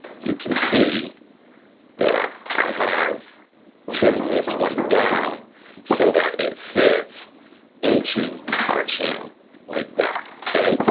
you can see that i have trimmed this one down so that it fits into our channel like that, okay?